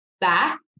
back